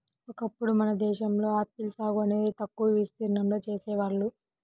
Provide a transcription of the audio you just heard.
ఒకప్పుడు మన దేశంలో ఆపిల్ సాగు అనేది తక్కువ విస్తీర్ణంలో చేసేవాళ్ళు